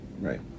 Right